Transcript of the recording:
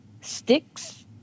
sticks